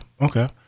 okay